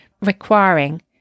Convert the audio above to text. requiring